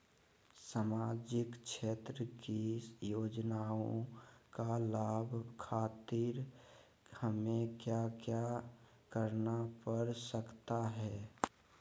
सामाजिक क्षेत्र की योजनाओं का लाभ खातिर हमें क्या क्या करना पड़ सकता है?